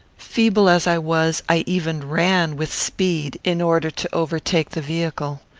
feeble as i was, i even ran with speed, in order to overtake the vehicle.